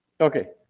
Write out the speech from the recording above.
Okay